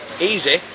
Easy